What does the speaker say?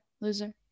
Loser